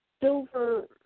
silver